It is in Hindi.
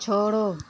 छोड़ो